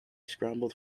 scrambled